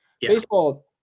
baseball